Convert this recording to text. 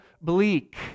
bleak